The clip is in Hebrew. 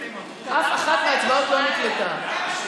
אף אחת מההצבעות לא נקלטה.